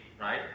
right